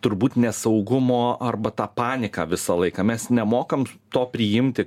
turbūt nesaugumo arba tą paniką visą laiką mes nemokam to priimti